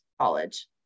college